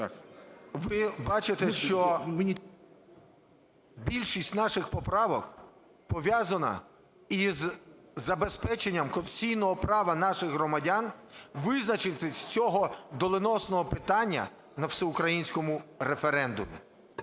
ви бачите, що більшість наших поправок пов'язана із забезпеченням конституційного права наших громадян визначитись з цього доленосного питання на всеукраїнському референдумі.